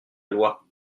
loi